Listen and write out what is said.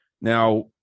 Now